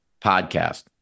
podcast